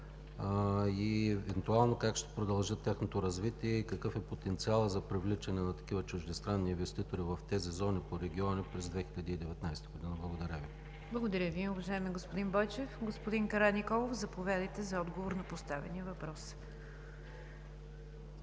евентуално ще продължи тяхното развитие? Какъв е потенциалът за привличане на такива чуждестранни инвеститори в тези зони по региони през 2019 г.? Благодаря Ви. ПРЕДСЕДАТЕЛ НИГЯР ДЖАФЕР: Благодаря Ви, уважаеми господин Бойчев. Господин Караниколов, заповядайте за отговор на поставения въпрос.